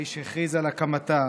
האיש שהכריז על הקמתה,